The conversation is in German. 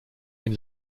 den